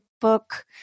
book